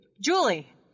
julie